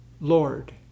Lord